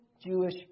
Jewish